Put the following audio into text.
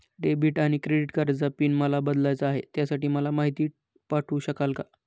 Debit आणि credit कार्डचा PIN मला बदलायचा आहे, त्यासाठी मला माहिती पाठवू शकाल का?